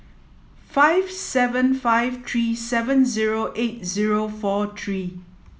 five seven five three seven zero eight zero four three